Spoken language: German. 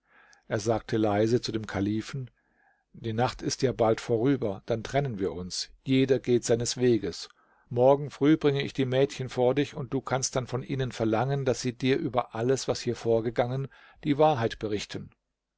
er sagte leise zu dem kalifen die nacht ist ja bald vorüber dann trennen wir uns jeder geht seines weges morgen früh bringe ich die mädchen vor dich und du kannst dann von ihnen verlangen daß sie dir über alles was hier vorgegangen die wahrheit berichten